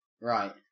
Right